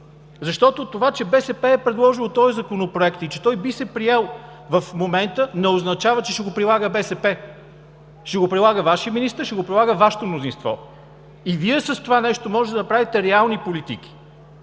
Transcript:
Това, че БСП е предложило този законопроект и той би се приел в момента, не означава, че ще го прилага БСП! Ще го прилага Вашият министър, ще го прилага Вашето мнозинство! Вие с това нещо можете да направите реални политики